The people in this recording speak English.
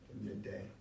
Midday